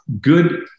good